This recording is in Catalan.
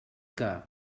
que